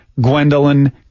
Gwendolyn